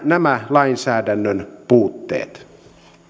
nämä lainsäädännön puutteet